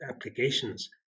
applications